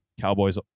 Cowboys